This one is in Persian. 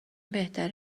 بهتره